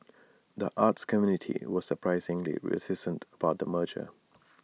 the arts community was surprisingly reticent about the merger